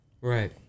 Right